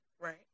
Right